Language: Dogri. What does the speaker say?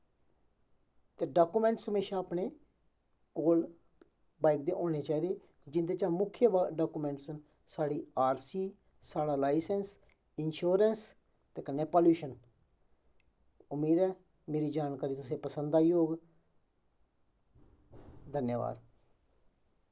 ते डाकूमैंटस हमेशा अपने कोल बाईक दे होने चाहिदे जिंदे चा मुख्य डाकूमैंटस न साढ़ी आर सी साढ़ा लाइसैंस इंशोरैंस ते कन्नै प्लयूशन मेद ऐ मेरी जानकारी तुसेंगी पसंद आई होग धन्यबाद